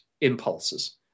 impulses